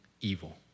evil